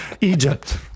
Egypt